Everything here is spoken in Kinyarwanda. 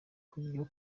kubyo